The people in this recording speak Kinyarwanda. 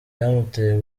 byamuteye